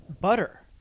butter